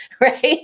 right